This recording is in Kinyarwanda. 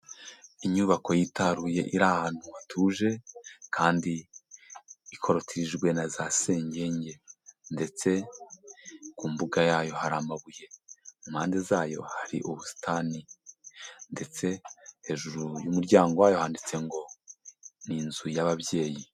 Inyubako yitaruye iri ahantu hatuje kandi ikorotirijwe na za senyenge ndetse ku mbuga yayo hari amabuye, impande zayo hari ubusitani ndetse hejuru y'umuryango wayo handitse ngo ni inzu y'ababyeyi.